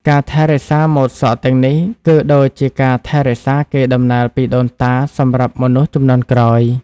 ការថែរក្សាម៉ូតសក់ទាំងនេះ គឺដូចជាការថែរក្សាកេរដំណែលពីដូនតាសម្រាប់មនុស្សជំនាន់ក្រោយ។